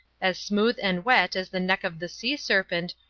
as smooth and wet as the neck of the sea serpent,